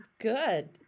good